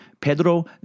Pedro